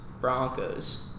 Broncos